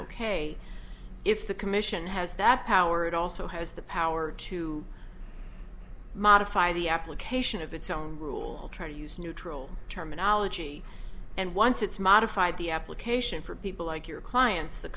ok if the commission has that power it also has the power to modify the application of its own rule try to use neutral terminology and once it's modified the application for people like your clients the